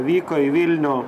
vyko į vilnių